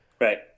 right